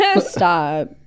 Stop